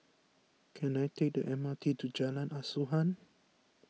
can I take the M R T to Jalan Asuhan